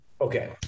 Okay